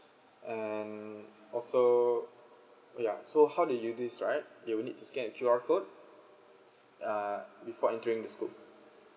and also ya so how did you did this right you'll need to scan Q_R code uh before entering the school